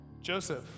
Joseph